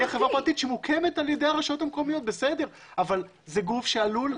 נכון שבמרכז לגביית קנסות יש 3%. המדינה יכולה